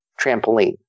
trampoline